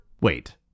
Wait